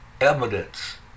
evidence